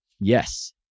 Yes